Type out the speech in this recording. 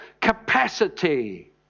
capacity